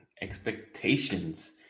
expectations